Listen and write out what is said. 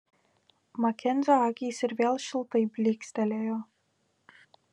makenzio akys ir vėl šiltai blykstelėjo